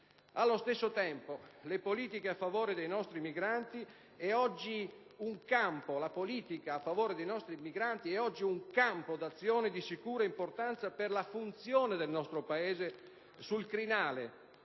Allo stesso tempo, la politica a favore dei nostri migranti è oggi un campo d'azione di sicura importanza per la funzione del nostro Paese sul crinale